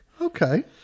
Okay